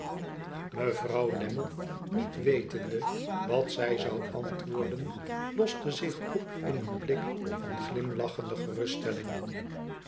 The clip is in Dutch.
mevrouw lammie niet wetende wat zij zou antwoorden loste zich op in een blik van glimlachende geruststelling